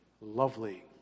lovely